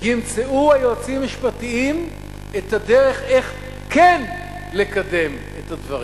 ימצאו היועצים המשפטיים את הדרך איך כן לקדם את הדברים?